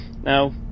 Now